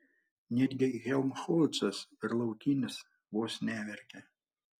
netgi helmholcas ir laukinis vos neverkė